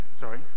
Sorry